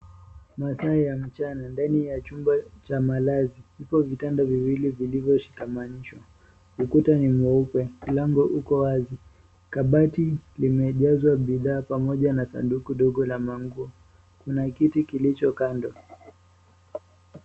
Masaa ya mchana, ndani ya chumba cha malazi. Vipo vitanda viwili vilivyoshikaminshwa. Ukuta ni mweupe. Mlango uko wazi. Kabati limejazwa bidhaa pamoja na sanduku ndogo la manguo. Kuna kiti kilicho kando.